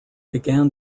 began